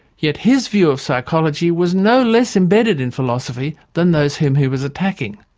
yet his view of psychology was no less embedded in philosophy than those whom he was attacking.